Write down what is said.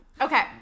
Okay